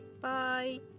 Bye